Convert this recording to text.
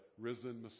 risen